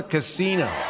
Casino